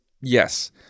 Yes